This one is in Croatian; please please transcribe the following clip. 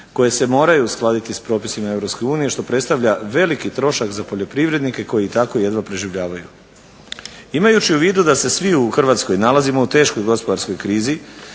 koje se moraju uskladiti s propisima EU što predstavlja veliki trošak za poljoprivrednike koji i tako jedva preživljavaju. Imajući u vidu da se svi u Hrvatskoj nalazimo u teškoj gospodarskoj krizi